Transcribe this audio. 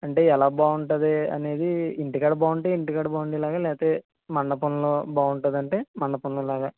అంటే ఎలా బాగుంటుంది అనేది ఇంటికాడ బాగుంటే ఇంటికాడ బాగుండేలాగా లేకపోతే మండపంలో బాగుంటుంది అంటే మండపంలో లాగా